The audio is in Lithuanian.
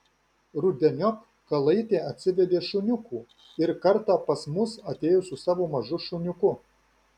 rudeniop kalaitė atsivedė šuniukų ir kartą pas mus atėjo su savo mažu šuniuku